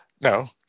no